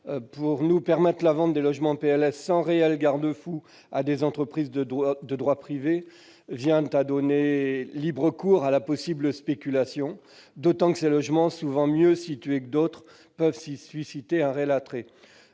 fait de permettre la vente de logements PLS, sans réels garde-fous, à des entreprises de droit privé donne libre cours à la possible spéculation, d'autant que ces logements, souvent mieux situés, peuvent susciter un réel attrait.